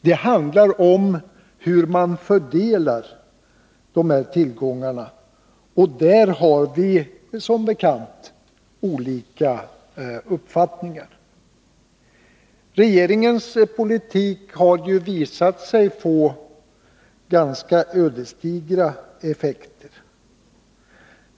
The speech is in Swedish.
Det handlar om hur man fördelar de här tillgångarna, och där har vi som bekant olika uppfattningar. Regeringens politik har ju visat sig få ganska ödesdigra effekter.